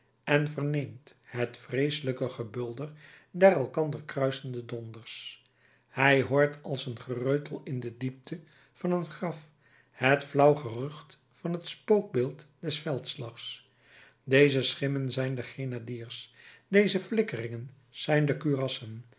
en verneemt het vreeselijke gebulder der elkander kruisende donders hij hoort als een gereutel in de diepte van een graf het flauw gerucht van het spookbeeld des veldslags deze schimmen zijn de grenadiers deze flikkeringen zijn de